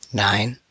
nine